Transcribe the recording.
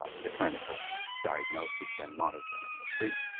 ah the clinical diagnosis and monitoring of treat